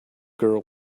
girl